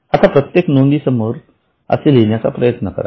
आता प्रत्येक नोंदी समोर असे लिहण्याचा प्रयत्न करा